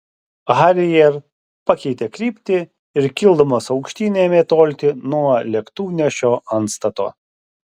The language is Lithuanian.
harrier pakeitė kryptį ir kildamas aukštyn ėmė tolti nuo lėktuvnešio antstato